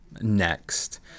next